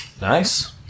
Nice